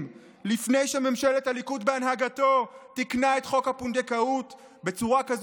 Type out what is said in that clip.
לפני שממשלת הליכוד בהנהגתו תיקנה את חוק הפונדקאות בצורה כזאת